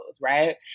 right